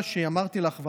אין צורך להקים ועדה נוספת.